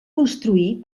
construir